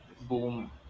boom